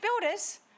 builders